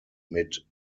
mit